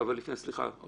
סליחה,